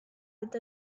with